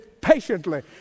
patiently